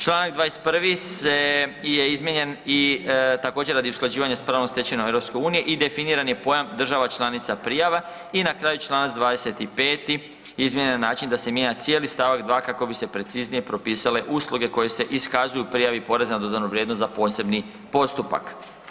Čl. 21. je izmijenjen i također radi usklađivanja s pravnom stečevinom EU i definiran je pojam država članica prijava i na kraju čl. 25. izmijenjen je na način da se mijenja cijeli st. 2. kako bi se preciznije propisale usluge koje se iskazuju u prijavi poreza na dodani vrijednost za posebni postupak.